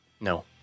no